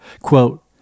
Quote